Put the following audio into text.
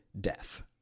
death